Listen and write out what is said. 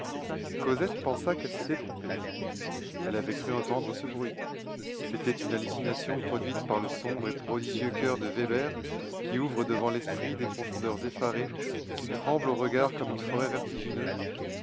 cosette pensa qu'elle s'était trompée elle avait cru entendre ce bruit c'était une hallucination produite par le sombre et prodigieux choeur de weber qui ouvre devant l'esprit des profondeurs effarées qui tremble au regard comme une forêt vertigineuse